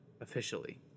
officially